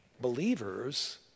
believers